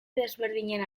desberdinen